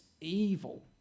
evil